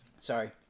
Sorry